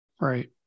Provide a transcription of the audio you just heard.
Right